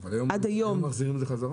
--- אבל הם מחזירים את זה חזרה.